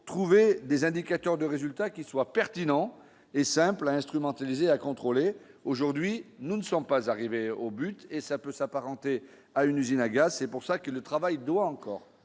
trouver des indicateurs de résultats qui soit pertinent et simple à instrumentaliser à contrôler aujourd'hui nous ne sommes pas arrivés au but et ça peut s'apparenter à une usine à gaz, c'est pour ça que le travail doit encore